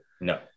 no